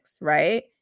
right